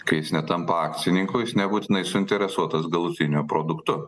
kai jis netampa akcininku jis nebūtinai suinteresuotas galutiniu produktu